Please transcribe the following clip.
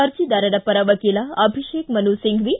ಅರ್ಜಿದಾರರ ಪರ ವಕೀಲ ಅಭಿಶೇಕ ಮನು ಸಿಂಫ್ಟಿ